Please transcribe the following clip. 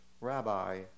rabbi